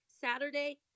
Saturday